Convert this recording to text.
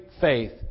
faith